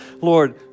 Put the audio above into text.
Lord